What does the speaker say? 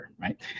right